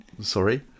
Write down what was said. sorry